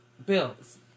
bills